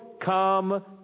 come